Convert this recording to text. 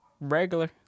regular